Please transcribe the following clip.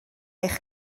eich